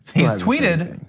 he's tweeted,